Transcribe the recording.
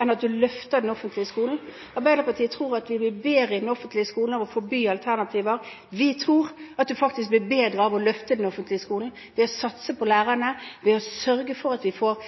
at en løfter den offentlige skolen. Arbeiderpartiet tror at den offentlige skolen blir bedre av å forby alternativer. Vi tror at man blir bedre av å løfte den offentlige skolen: ved å satse på lærerne, ved å sørge for at vi får